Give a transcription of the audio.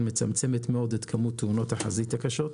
ומצמצת מאוד את כמות תאונות החזית הקשות.